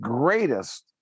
greatest